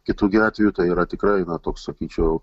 kitu atveju tai yra tikrai na toks sakyčiau